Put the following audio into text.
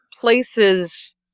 places